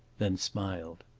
then smiled.